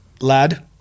lad